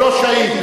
הוא לא שהיד.